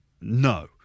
No